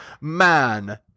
man